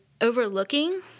overlooking